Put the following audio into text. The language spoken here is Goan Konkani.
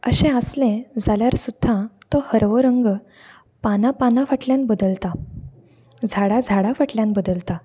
अशें आसले जाल्यार सुद्दां तो हरवो रंग पानां पानां फाटल्यान बदलता झाडां झाडां फाटल्यान बदलता